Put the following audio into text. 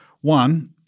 One